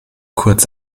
kurz